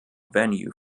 venue